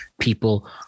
people